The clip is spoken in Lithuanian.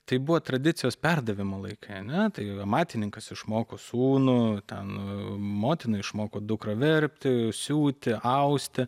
tai buvo tradicijos perdavimo laikai ar ne tai amatininkas išmoko sūnų ten motina išmoko dukrą verpti siūti austi